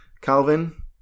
Calvin